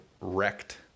wrecked